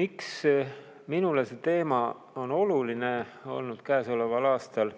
Miks minule see teema on oluline olnud käesoleval aastal?